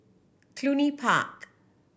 Cluny Park